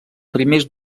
primers